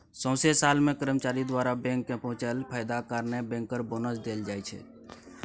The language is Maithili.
सौंसे साल मे कर्मचारी द्वारा बैंक केँ पहुँचाएल फायदा कारणेँ बैंकर बोनस देल जाइ छै